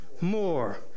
more